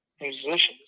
musicians